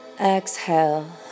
Exhale